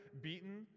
beaten